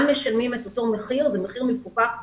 משלמים את אותו מחיר והמחיר הוא מחיר מפוקח אחיד.